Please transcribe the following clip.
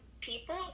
people